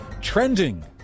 Trending